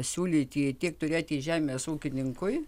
siūlyti tiek turėti žemės ūkininkui